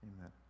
Amen